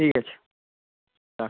ঠিক আছে রাখছি